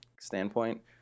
standpoint